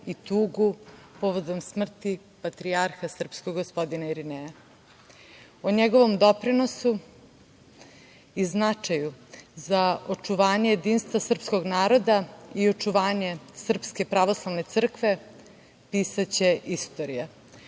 i tugu povodom smrti patrijarha srpskog gospodina Irineja. O njegovom doprinosu i značaju za očuvanje jedinstva srpskog naroda i očuvanje Srpske pravoslavne crkve pisaće istorija. Ono